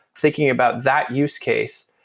thinking about that use case.